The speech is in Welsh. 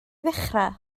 ddechrau